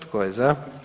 Tko je za?